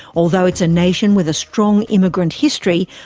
although it's a nation with a strong immigrant history,